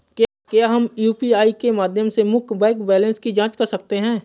क्या हम यू.पी.आई के माध्यम से मुख्य बैंक बैलेंस की जाँच कर सकते हैं?